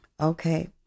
Okay